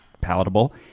palatable